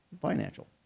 financial